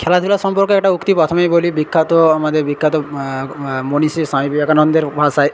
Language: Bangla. খেলাধূলা সম্পর্কে একটা উক্তি প্রথমেই বলি বিখ্যাত আমাদের বিখ্যাত মনীষী স্বামী বিবেকানন্দের ভাষায়